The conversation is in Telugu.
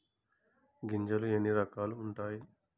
గింజలు ఎన్ని రకాలు ఉంటాయి?